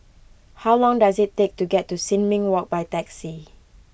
how long does it take to get to Sin Ming Walk by taxi